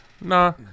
Nah